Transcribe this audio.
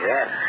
Yes